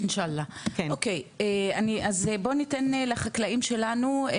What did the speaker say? אינשאללה, אוקי, אז בוא ניתן לחקלאים שלנו.